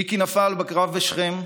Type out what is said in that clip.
מיקי נפל בקרב בשכם,